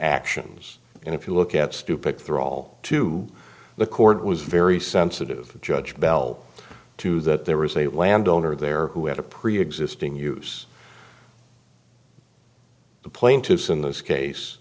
actions and if you look at stupid thrall to the court was very sensitive to judge bell too that there was a landowner there who had a preexisting use the plaintiffs in this case